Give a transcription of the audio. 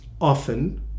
Often